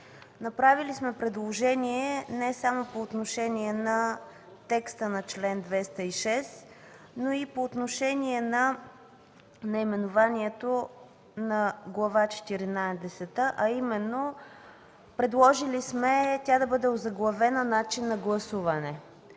Направили сме предложение не само по отношение на текста на чл. 206, но и по отношение на наименованието на Глава четиринадесета, а именно – предложили сме тя да бъде озаглавена „Начин на гласуване”.